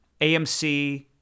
AMC